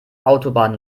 autobahn